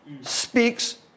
Speaks